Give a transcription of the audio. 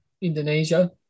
Indonesia